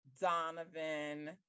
Donovan